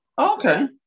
Okay